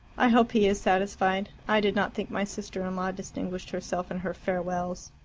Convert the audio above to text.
i hope he is satisfied. i did not think my sister-in-law distinguished herself in her farewells.